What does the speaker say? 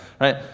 right